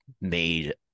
made